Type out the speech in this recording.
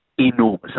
enormous